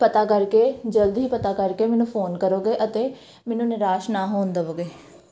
ਪਤਾ ਕਰ ਕੇ ਜਲਦ ਹੀ ਪਤਾ ਕਰ ਕੇ ਮੈਨੂੰ ਫੋਨ ਕਰੋਗੇ ਅਤੇ ਮੈਨੂੰ ਨਿਰਾਸ਼ ਨਾ ਹੋਣ ਦੇਵੋਗੇ